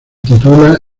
titula